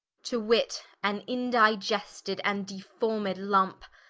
to wit, an indigested and deformed lumpe,